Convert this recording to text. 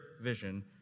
vision